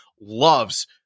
loves